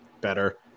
better